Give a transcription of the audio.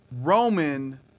Roman